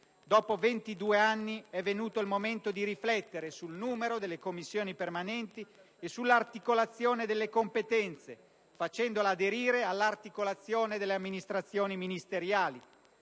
Dopo 22 anni è venuto il momento di riflettere sul numero delle Commissioni permanenti e sull'articolazione delle competenze, facendola aderire all'articolazione delle amministrazioni ministeriali.